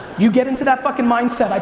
you get into that fuckin' mindset, like